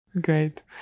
Great